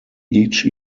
each